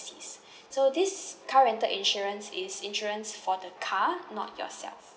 so this car rental insurance is insurance for the car not yourself